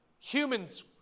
Humans